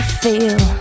feel